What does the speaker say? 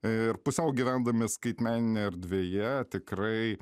ir pusiau gyvendami skaitmeninėj erdvėje tikrai